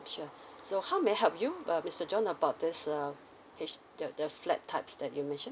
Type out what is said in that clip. sure so how may I help you err mister john about this uh H the the flat types that you mention